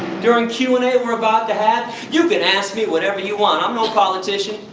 during q and a we are about to have, you can ask me whatever you want. i'm no politician,